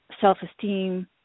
self-esteem